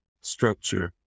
structure